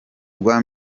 rwa